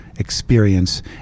experience